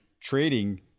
trading